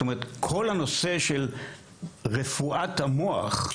כל הנושא של רפואת המוח,